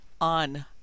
on